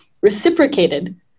reciprocated